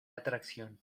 atracción